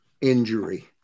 injury